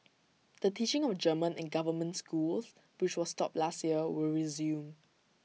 the teaching of German in government schools which was stopped last year will resume